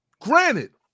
Granted